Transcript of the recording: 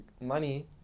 money